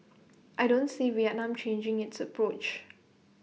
I don't see Vietnam changing its approach